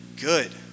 good